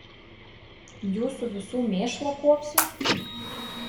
jūsų visų mėšlą kuopsiu